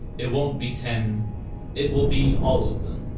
it won't be ten it will be all of them